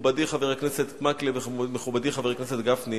מכובדי חבר הכנסת מקלב ומכובדי חבר הכנסת גפני,